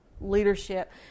leadership